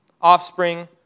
offspring